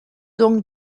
donc